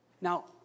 now